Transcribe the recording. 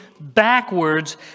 backwards